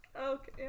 Okay